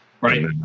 Right